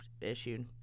issue